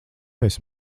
esi